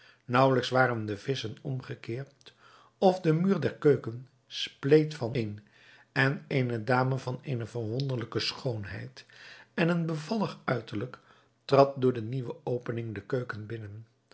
naauwelijks waren de visschen omgekeerd of de muur der keuken spleet van een en eene dame van eene verwonderlijke schoonheid en een bevallig uiterlijk trad door de nieuwe opening de keuken binnen